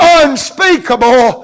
unspeakable